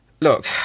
Look